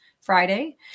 Friday